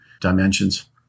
dimensions